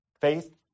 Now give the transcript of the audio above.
Faith